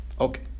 Okay